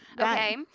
Okay